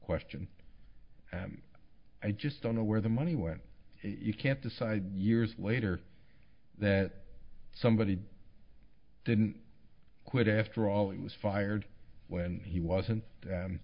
question i just don't know where the money went you can't decide years later that somebody didn't quit after all it was fired when he wasn't